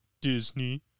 Disney